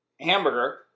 hamburger